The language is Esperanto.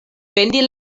vendi